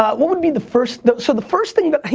um what would be the first so the first thing that, you